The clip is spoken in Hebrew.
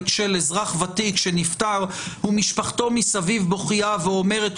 של אזרח ותיק שנפטר ומשפחתו מסביב בוכייה ואומרת,